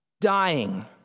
Dying